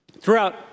throughout